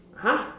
!huh!